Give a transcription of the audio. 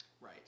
right